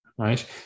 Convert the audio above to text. Right